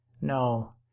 No